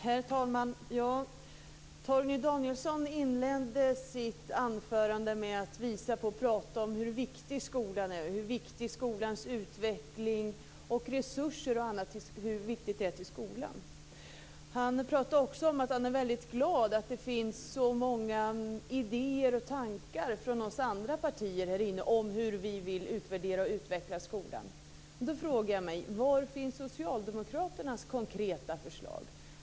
Herr talman! Torgny Danielsson inledde sitt anförande med att prata om hur viktig skolan och skolans utveckling är och hur viktigt det är med resurser och annat till skolan. Han pratade också om att han är väldigt glad att det finns så många idéer och tankar från oss andra partier om hur vi vill utvärdera och utveckla skolan. Då frågar jag mig: Var finns Socialdemokraternas konkreta förslag?